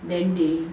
then they